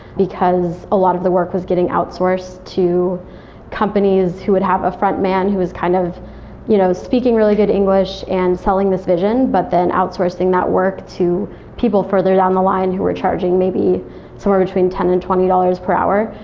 because a lot of the work was getting outsourced to companies who would have a frontman, who was kind of you know speaking really good english and selling this vision, but then outsourcing that work to people further down the line who were charging maybe somewhere between ten dollars and twenty dollars per hour.